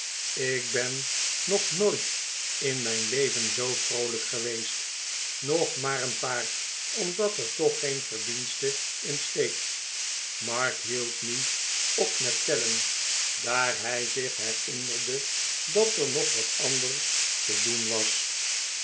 ik ben nog nooit in mijn leven zoo vroolijk geweest nog maar een paar omdat er toch geen verdienste in steekt mark hield nu op met tellen daar hij zich herinnerde dat er nog wat anders te doen was